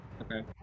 Okay